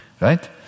Right